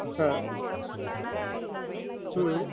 હા હં